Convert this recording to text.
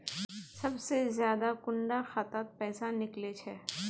सबसे ज्यादा कुंडा खाता त पैसा निकले छे?